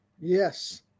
Yes